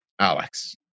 alex